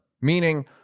meaning